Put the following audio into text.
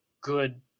good